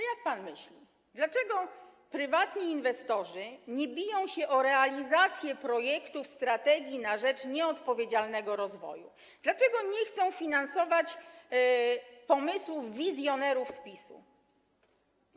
Jak pan myśli, dlaczego prywatni inwestorzy nie biją się o realizację projektów strategii na rzecz nieodpowiedzialnego rozwoju, dlaczego nie chcą finansować pomysłów wizjonerów z PiS-u?